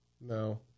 No